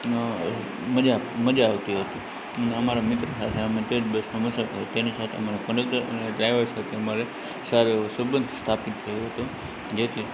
અ મજા મજા આવતી હતી અમારા મિત્રો સાથે અમે તે જ બસમાં મુસાફરી તેની સાથે અમારે કન્ડક્ટર અને ડ્રાઇવર સાથે અમારે સારો એવો સંબંધ સ્થાપિત થયો હતો જેથી